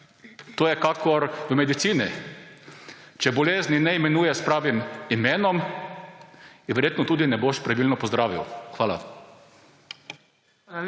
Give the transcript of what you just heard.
To je kakor v medicini. Če bolezni ne imenuješ s pravim imenom, je verjetno tudi ne boš pravilno pozdravil. Hvala.